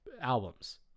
albums